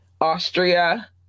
Austria